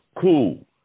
cool